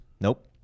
Nope